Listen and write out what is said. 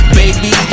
baby